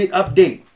update